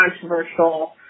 controversial